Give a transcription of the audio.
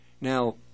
Now